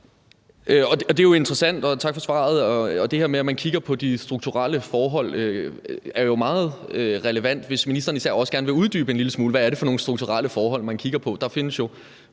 Det er jo interessant. Det her med, at man kigger på de strukturelle forhold, er jo meget relevant, især hvis ministeren også vil uddybe en lille smule, hvad det er for nogle strukturelle forhold, man kigger på.